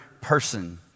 person